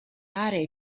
aree